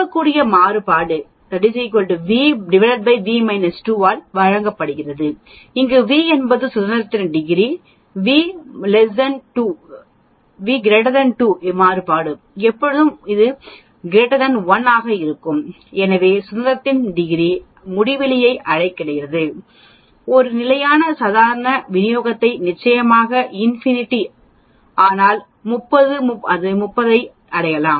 பரவக்கூடிய மாறுபாடு v ஆல் வழங்கப்படுகிறதுஇங்கு v என்பது சுதந்திரத்தின் டிகிரி மற்றும் v 2 மாறுபாடு எப்போதும் 1 ஆக இருக்கும் எனவே சுதந்திரத்தின் டிகிரி முடிவிலியை அடைகிறது டி விநியோகம் ஒரு நிலையான சாதாரண விநியோகத்தை நிச்சயமாக முடிவிலி ஆனால் 30 35 ஐ கூட அடைகிறது